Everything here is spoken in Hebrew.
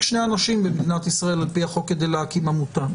שני אנשים במדינת ישראל על פי החוק כדי להקים עמותה